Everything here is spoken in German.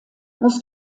muss